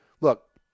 Look